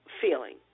feeling